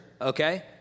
okay